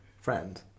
friend